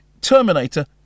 Terminator